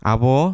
Abo